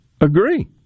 Agree